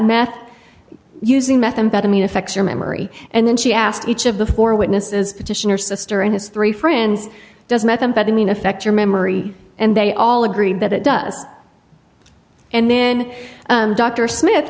meth using methamphetamine affects your memory and then she asked each of the four witnesses petitioner sr and his three friends does methamphetamine affect your memory and they all agree that it does and then dr smith